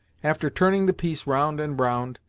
after turning the piece round and round,